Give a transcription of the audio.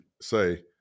say